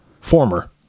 Former